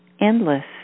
endless